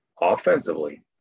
offensively